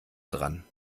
dran